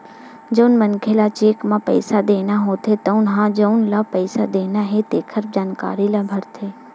जउन मनखे ल चेक म पइसा देना होथे तउन ह जउन ल पइसा देना हे तेखर जानकारी ल भरथे